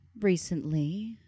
recently